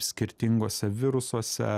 skirtinguose virusuose